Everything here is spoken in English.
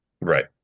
Right